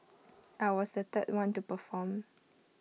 I was the third one to perform